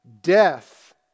Death